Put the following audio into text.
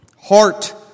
heart